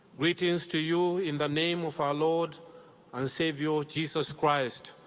greetings to you in the name of our lord and savior jesus christ,